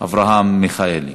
אברהם מיכאלי.